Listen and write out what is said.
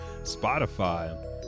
Spotify